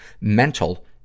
MENTAL